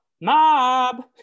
Mob